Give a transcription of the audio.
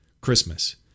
Christmas